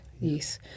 Yes